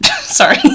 sorry